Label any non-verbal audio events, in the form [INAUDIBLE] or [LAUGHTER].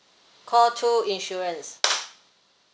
call two insurance [NOISE]